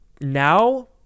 now